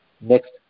next